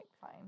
fine